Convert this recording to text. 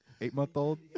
eight-month-old